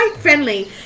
friendly